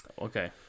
Okay